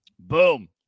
Boom